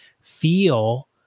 feel